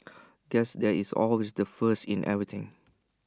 guess there is always the first in everything